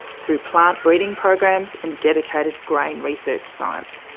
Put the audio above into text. through plant breeding programs and dedicated grain research science.